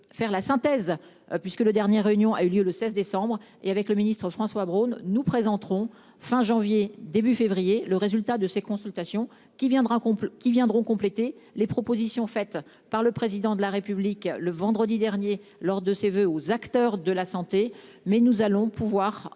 le dernière réunion a eu lieu le 16 décembre et avec le ministre François Braun. Nous présenterons fin janvier début février, le résultat de ces consultations qui viendra complet qui viendront compléter les propositions faites par le président de la République le vendredi dernier lors de ses voeux aux acteurs de la santé, mais nous allons pouvoir